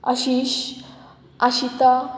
Ashish Ashita